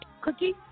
Cookie